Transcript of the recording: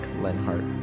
Lenhart